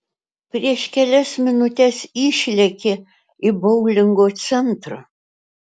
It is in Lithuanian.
prieš kelias minutes išlėkė į boulingo centrą